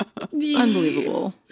Unbelievable